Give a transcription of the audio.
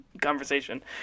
conversation